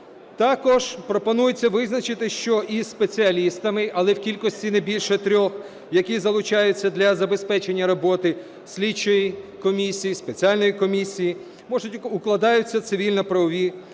Також пропонується визначити, що із спеціалістами, але в кількості не більше трьох, які залучаються для забезпечення роботи слідчої комісії, спеціальної комісії, укладаються цивільно-правові договори.